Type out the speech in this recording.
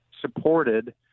supported